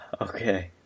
Okay